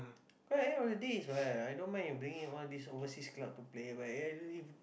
right end of the days right I don't mind in bringing all this overseas club to play but if